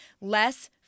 less